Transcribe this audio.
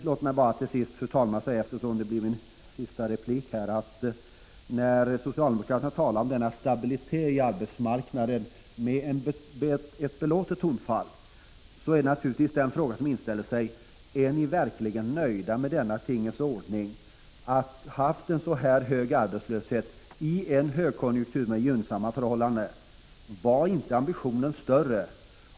Låt mig sedan, fru talman, till sist säga — eftersom detta blir min sista replik: När socialdemokraterna talar om stabiliteten på arbetsmarknaden med ett belåtet tonfall, blir naturligtvis den fråga som inställer sig: Är ni verkligen nöjda med denna tingens ordning att ha haft en så hög arbetslöshet ien högkonjunktur med så gynnsamma förhållanden? Var inte ambitionerna större?